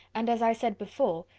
and, as i said before,